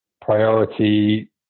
priority